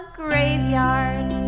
graveyard